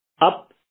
up